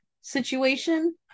situation